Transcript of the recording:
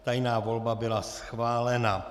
Tajná volba byla schválena.